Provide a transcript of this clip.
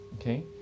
okay